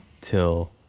till